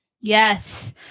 Yes